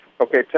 Okay